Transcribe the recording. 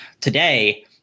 today